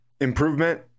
improvement